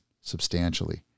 substantially